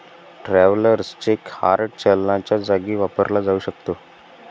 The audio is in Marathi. ट्रॅव्हलर्स चेक हार्ड चलनाच्या जागी वापरला जाऊ शकतो